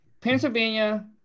Pennsylvania